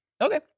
Okay